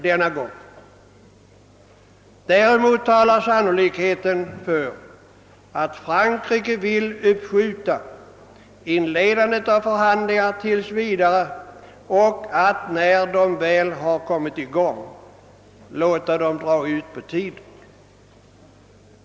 Däremot talar sannolikheten för att Frankrike vill uppskjuta inledandet av förhandlingar tills vidare och att man, när dessa väl har kommit i gång, låter dem dra ut på tiden.